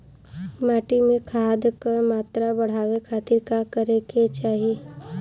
माटी में खाद क मात्रा बढ़ावे खातिर का करे के चाहीं?